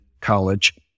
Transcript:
college